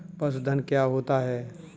पशुधन क्या होता है?